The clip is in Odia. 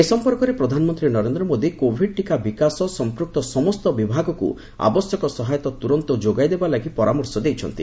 ଏ ସମ୍ଭନ୍ଧରେ ପ୍ରଧାନମନ୍ତ୍ରୀ ନରେନ୍ଦ୍ର ମୋଦୀ କୋଭିଡ୍ ଟୀକା ବିକାଶ ସହ ସମ୍ପୃକ୍ତ ସମସ୍ତ ବିଭାଗକୁ ଆବଶ୍ୟକ ସହାୟତା ତୁରନ୍ତ ଯୋଗାଇ ଦେବା ଲାଗି ପରାମର୍ଶ ଦେଇଛନ୍ତି